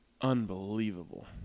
Unbelievable